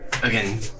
Again